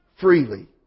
freely